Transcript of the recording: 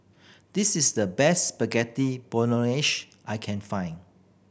this is the best I can find